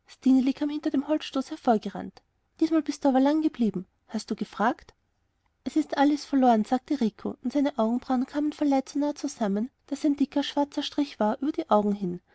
hinter dem holzstoß hervorgerannt diesmal bist du aber lang geblieben hast du gefragt es ist alles verloren sagte rico und seine augenbrauen kamen vor leid so nah zusammen daß ein dicker schwarzer strich war über die augen hin